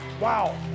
Wow